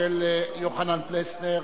ושל חבר הכנסת יוחנן פלסנר.